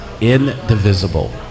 indivisible